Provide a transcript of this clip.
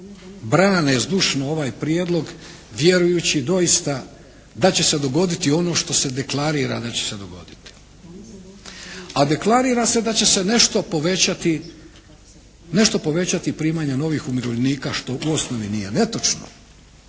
brane zdušno ovaj prijedlog vjerujući doista da će se dogoditi ono što se deklarira da će se dogoditi. A deklarira se da će se nešto povećati primanja novih umirovljenika što u osnovi nije netočno.